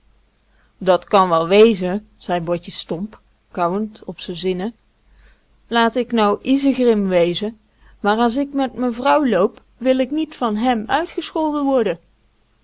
dat kan wel wezen zei botje stomp kauwend op z'n zinnen laat ik nou iesegrim wezen maar as ik met me vrouw loop wil ik niet van hèm uitgescholden worden